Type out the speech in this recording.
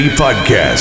podcast